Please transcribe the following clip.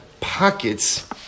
pockets